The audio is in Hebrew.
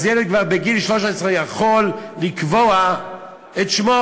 ואז ילד כבר בגיל 13 יכול לקבוע את שמו.